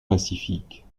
pacifique